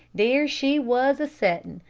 there she was a-settin',